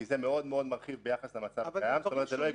כי זה מאוד מאוד מרחיב ביחס למצב הקיים --- זה דברים שונים,